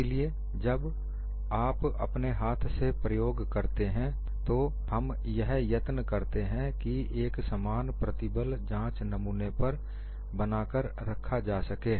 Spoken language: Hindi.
इसलिए जब आप अपने हाथ से प्रयोग करते हैं तो हम यह यत्न करते हैं कि एक समान प्रतिबल जांच नमूने पर बनाकर रखा जा सके